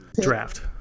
Draft